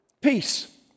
peace